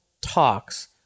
talks